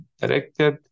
directed